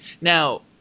now